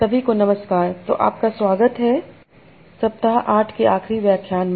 सभी को नमस्कार तो आपका स्वागत है सप्ताह ८ के आखरी व्याख्यान में